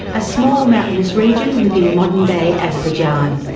a small mountainous region within modern-day azerbaijan,